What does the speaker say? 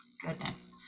goodness